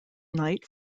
knight